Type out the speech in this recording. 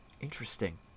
Interesting